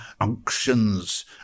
unctions